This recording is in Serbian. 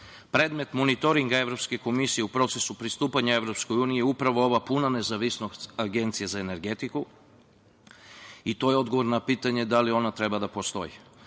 monitoringa Evropske komisije u procesu pristupanja EU je upravo ova puna nezavisnost Agencije za energetiku i to je odgovor na pitanje da li ona treba da postoji,